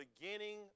beginning